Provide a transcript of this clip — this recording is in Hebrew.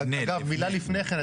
מילה לפני כן.